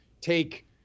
take